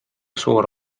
suur